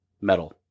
metal